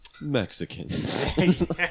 Mexicans